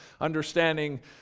understanding